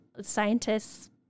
scientists